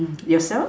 yourself